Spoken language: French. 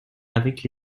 avec